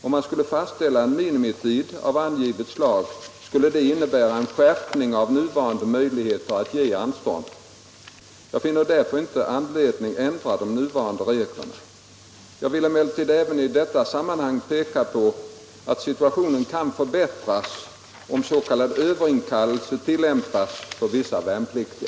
Om man skulle fastställa en minimitid av angivet slag, skulle detta innebära en skärpning av nuvarande möjligheter att ge anstånd. Jag finner därför inte anledning ändra på nuvarande regler. Jag vill emellertid även i detta sammanhang peka på att situationen kan förbättras om s.k. överinkallelse tillämpas för vissa värnpliktiga.